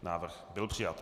Návrh byl přijat.